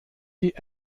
die